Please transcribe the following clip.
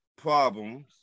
problems